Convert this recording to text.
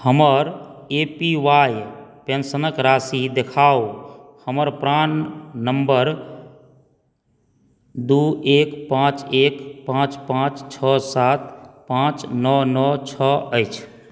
हमर A P Y पेंशनक राशि देखाउ हमर प्राण नम्बर दू एक पाँच एक पाँच पाँच छओ सात पाँच नओ नओ नओ छओ अछि